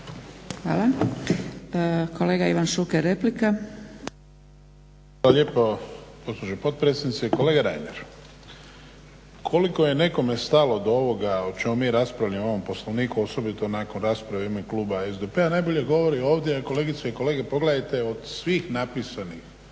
Hvala. Kolega Ivan Šuker, replika. **Šuker, Ivan (HDZ)** Hvala lijepo gospođo potpredsjednice. Kolega Reiner, koliko je nekome stalo do ovoga o čemu mi raspravljamo o ovom Poslovniku osobito nakon rasprave u ime kluba SDP-a najbolji govori ovdje kolegice i kolege pogledajte od svih napisanih